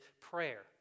prayer